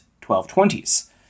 1220s